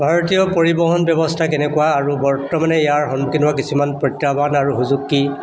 ভাৰতীয় পৰিবহণ ব্যৱস্থা কেনেকুৱা আৰু বৰ্তমানে ইয়াৰ সন্মুখীন হোৱা কিছুমান প্ৰত্যাহ্বান আৰু সুযোগ কি